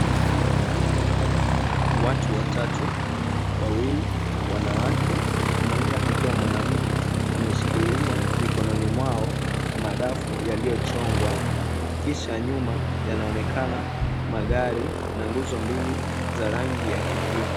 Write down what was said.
Watu watatu, wawili wanawake, mmoja akiwa mwanaume, wameshikilia mikononi mwao madafu yaliyochongwa, kisha nyuma yanaonekana magari na nguzo mbili za rangi ya kijivu.